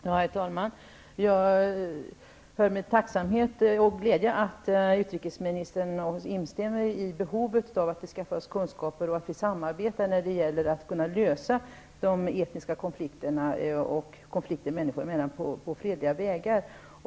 Herr talman! Jag hör med tacksamhet och glädje att utrikesminstern instämmer i behovet av att vi i Sverige skall utöka våra kunskaper och samarbeta när det gäller att lösa etniska konflikter på fredliga vägar.